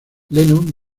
lennon